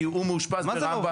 כי הוא מאושפז ברמב"ם.